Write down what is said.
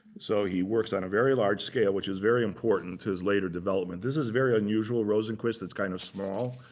so he works on a very large scale, which is very important to his later development. this is a very unusual rosenquist. it's kind of small.